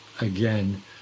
again